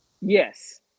yes